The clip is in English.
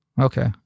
Okay